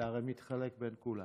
זה הרי מתחלק בין כולם.